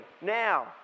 now